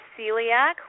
celiac